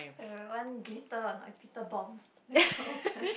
I will want glitter on my Peter bombs open